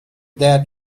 that